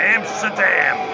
Amsterdam